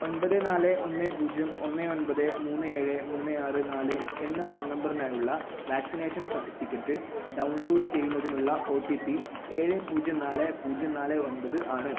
ഒൻപത് നാല് ഒന്ന് പൂജ്യം ഒന്ന് ഒൻപത് മൂന്ന് ഏഴ് മൂന്ന് ആറ് നാല് എന്ന ഫോൺ നമ്പറിനായുള്ള വാക്സിനേഷൻ സർട്ടിഫിക്കറ്റ് ഡൗൺലോഡ് ചെയ്യുന്നതിനുള്ള ഒ ടി പി ഏഴ് പൂജ്യം നാല് പൂജ്യം നാല് ഒൻപത് ആണ്